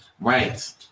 Right